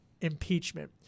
impeachment